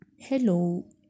Hello